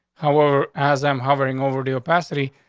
how are as i'm hovering over the capacity,